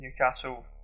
Newcastle